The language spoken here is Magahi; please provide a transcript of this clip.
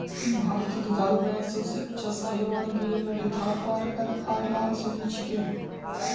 भारतत दुधारू गायत सबसे अच्छा साहीवाल गिर राठी थारपारकर आर लाल सिंधी छिके